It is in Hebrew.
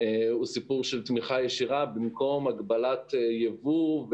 הוא סיפור של תמיכה ישירה במקום הגבלת יבוא,